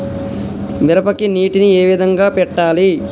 మిరపకి నీటిని ఏ విధంగా పెట్టాలి?